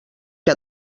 que